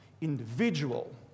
individual